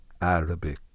Arabic